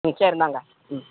ம் சரி இந்தாங்க ம்